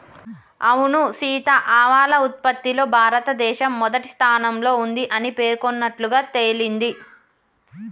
అవును సీత ఆవాల ఉత్పత్తిలో భారతదేశం మొదటి స్థానంలో ఉంది అని పేర్కొన్నట్లుగా తెలింది